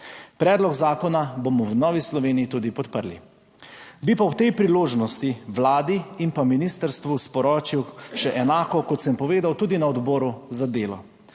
Predlog zakona bomo v Novi Sloveniji tudi podprli. Bi pa ob tej priložnosti Vladi in ministrstvu sporočil še enako, kot sem povedal tudi na Odboru za delo.